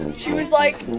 and she was like,